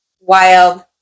wild